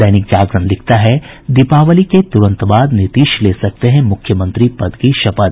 दैनिक जागरण लिखता है दीपावली के तुरंत बाद नीतीश ले सकते हैं मुख्यमंत्री पद की शपथ